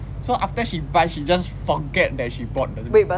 so after she buy she just forget that she bought the